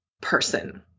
person